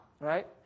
right